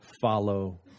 follow